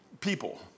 people